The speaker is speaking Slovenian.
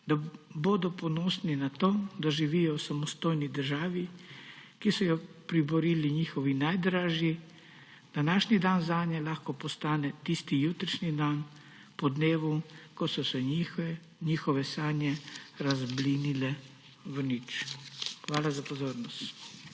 da bodo ponosni na to, da živijo v samostojni državi, ki so jo priborili njihovi najdražji, današnji dan zanje lahko postane tisti jutrišnji dan, po dnevu, ko so se njihove sanje razblinile v nič. Hvala za pozornost.